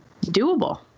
doable